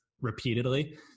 repeatedly